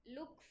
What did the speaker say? Look